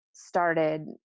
started